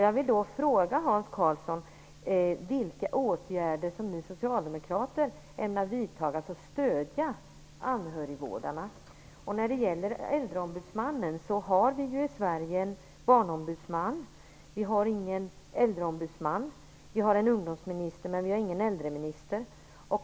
Jag vill fråga Hans Karlsson vilka åtgärder ni socialdemokrater ämnar vidtaga för att stödja anhörigvårdarna. Sedan gäller det äldreombudsmannen. Vi har i Sverige en barnombudsman, men ingen äldreombudsman. Vi har en ungdomsminister men, ingen äldreminister.